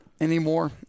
anymore